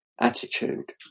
attitude